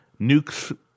nukes